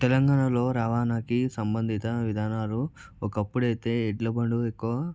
తెలంగాణలో రవాణాకి సంబంధిత విధానాలు ఒకప్పుడు అయితే ఎడ్ల బండ్లు ఎక్కువ